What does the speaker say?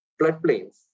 floodplains